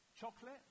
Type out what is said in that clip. Chocolate